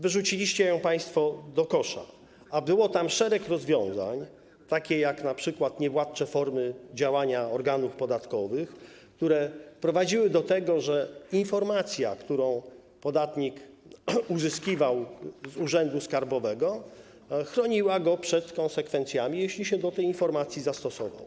Wyrzuciliście ją państwo do kosza, a było tam szereg rozwiązań, takich jak np. niewładcze formy działania organów podatkowych, które prowadziły do tego, że informacja, którą podatnik uzyskiwał z urzędu skarbowego, chroniła go przed konsekwencjami, jeśli się do tej informacji zastosował.